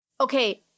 okay